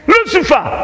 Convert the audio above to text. Lucifer